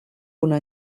una